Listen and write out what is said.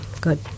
good